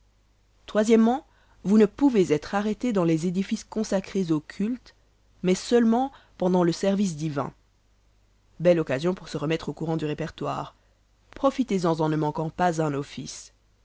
o vous ne pouvez être arrêté dans les édifices consacrés au culte mais seulement pendant le service divin belle occasion pour se remettre au courant du répertoire profitez-en en ne manquant pas un office